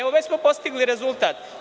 Evo, već smo postigli rezultat.